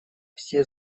все